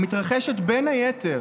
המתרחשת בין היתר